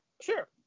sure